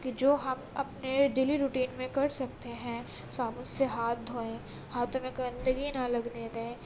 کہ جو ہم اپنے ڈیلی روٹین میں کر سکتے ہیں صابن سے ہاتھ دھوئیں ہاتھوں میں گندگی نہ لگنے دیں